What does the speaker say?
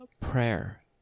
prayer